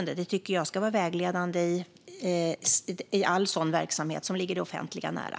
Det tycker jag ska vara vägledande i all verksamhet som ligger det offentliga nära.